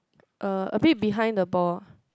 uh a bit behind the ball